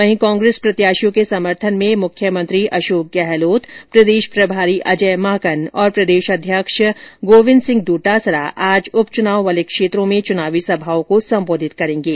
वहीं कांग्रेस प्रत्याशियों के समर्थन मुख्यमंत्री अशोक गहलोत प्रदेश प्रभारी अजय माकन और प्रदेशाध्यक्ष गोविन्द सिंह डोटासरा आज उपचुनाव वाले क्षेत्रों में चुनावी सभाओं को संबोधित करेंगे